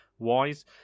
Wise